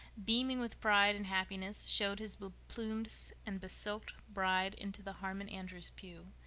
beaming with pride and happiness, showed his be-plumed and be-silked bride into the harmon andrews' pew,